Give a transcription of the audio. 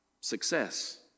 success